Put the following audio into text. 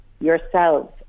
yourselves